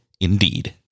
Indeed